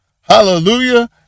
Hallelujah